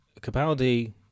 Capaldi